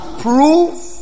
prove